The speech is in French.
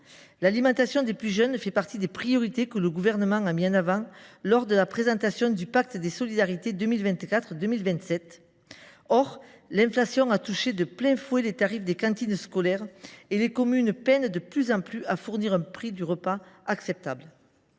L’alimentation des plus jeunes fait partie des priorités que le Gouvernement a mises en avant lors de la présentation du pacte des solidarités pour les années 2024 à 2027. Or l’inflation a touché de plein fouet les tarifs des cantines scolaires et les communes peinent de plus en plus à fournir un prix du repas qui soit acceptable.